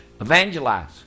Evangelize